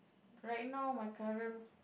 right now my current